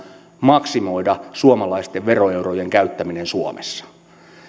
maksimoida suomalaisten veroeurojen käyttäminen suomessa